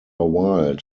wild